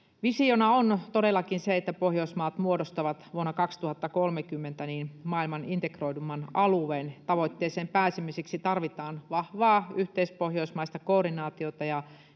Visiona on todellakin, että Pohjoismaat muodostaa vuonna 2030 maailman integroiduimman alueen. Tavoitteeseen pääsemiseksi tarvitaan vahvaa yhteispohjoismaista koordinaatiota